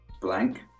blank